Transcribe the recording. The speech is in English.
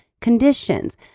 conditions